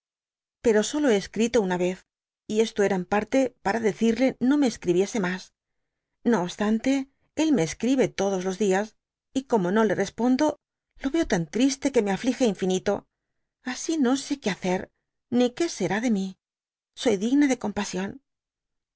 pero sojo le hé escrito una vez y esto era en parte para decirle no me escribiese mas no obstante él me escribe todos los dias y como no le respondo lo veo tan triste que me aflige infinito asi no sé que hacer ni que será de mi soy digna de compasión